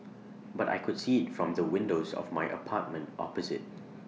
but I could see IT from the windows of my apartment opposite